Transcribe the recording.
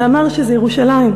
ואמר שזה ירושלים.